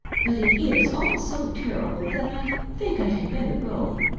but it is all so terrible, that i think i had better go.